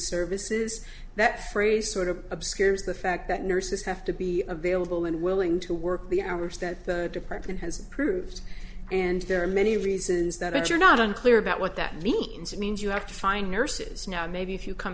services that phrase sort of obscures the fact that nurses have to be available and willing to work the hours that the department has approved and there are many reasons that you're not unclear about what that means it means you have to find nurses now maybe if you come